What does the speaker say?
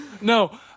No